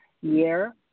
year